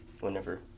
Whenever